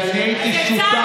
ואני הייתי שותף,